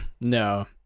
No